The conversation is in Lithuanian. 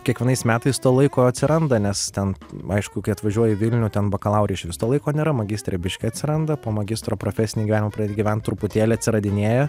kiekvienais metais to laiko atsiranda nes ten aišku kai atvažiuoji į vilnių ten bakalaure išvis to laiko nėra magistre biškį atsiranda po magistro profesinį gyvenimą pradedi gyvent truputėlį atsiradinėja